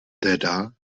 teda